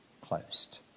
closed